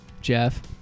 Jeff